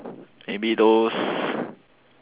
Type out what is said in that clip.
maybe those